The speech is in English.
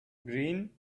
green